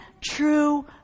true